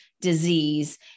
disease